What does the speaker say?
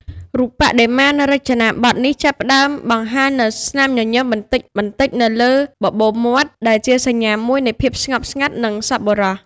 រូបបដិមានៅរចនាបថនេះចាប់ផ្ដើមបង្ហាញនូវ ស្នាមញញឹម បន្តិចៗនៅលើបបូរមាត់ ដែលជាសញ្ញាមួយនៃភាពស្ងប់ស្ងាត់ និងសប្បុរស។